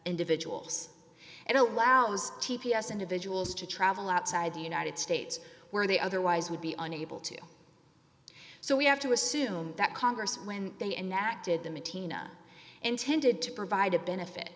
individuals and allows t p s individuals to travel outside the united states where they otherwise would be unable to so we have to assume that congress when they enacted the matina intended to provide a benefit